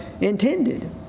intended